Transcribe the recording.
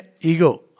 ego